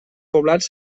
poblats